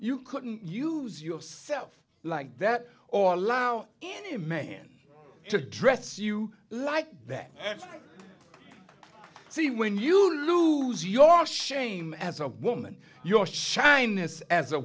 you couldn't use yourself like that or allow any man to dress you like that so when you lose your shame as a woman your shyness as a